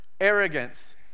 arrogance